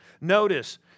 Notice